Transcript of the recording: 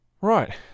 Right